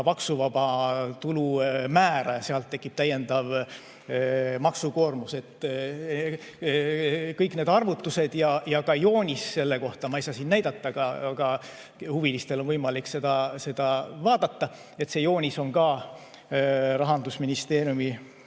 maksuvaba tulu määra ja sealt tekib täiendav maksukoormus. Kõiki neid arvutusi ja ka joonist selle kohta ma ei saa siin näidata, aga huvilistel on võimalik seda vaadata. Rahandusministeerium